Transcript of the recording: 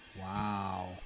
Wow